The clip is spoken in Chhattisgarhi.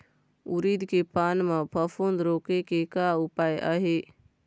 उरीद के पान म फफूंद रोके के का उपाय आहे?